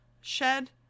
shed